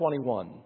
21